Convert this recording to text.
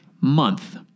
month